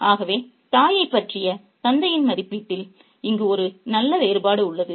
ஆகவே தாயைப் பற்றிய தந்தையின் மதிப்பீட்டால் இங்கு ஒரு நல்ல வேறுபாடு உள்ளது